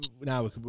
now